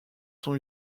sont